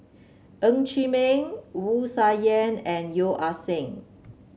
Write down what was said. Ng Chee Meng Wu Tsai Yen and Yeo Ah Seng